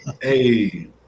hey